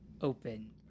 open